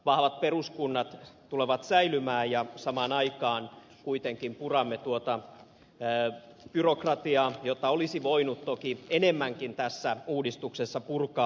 vahvat peruskunnat tulevat säilymään ja samaan aikaan kuitenkin puramme byrokratiaa jota olisi voinut toki enemmänkin tässä uudistuksessa purkaa